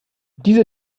dieser